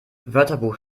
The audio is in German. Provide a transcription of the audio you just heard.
wörterbuch